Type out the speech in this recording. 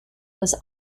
was